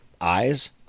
eyes